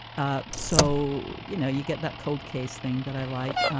ah so, you know, you get that cold case thing that i like.